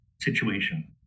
situation